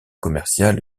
commerciale